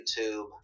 YouTube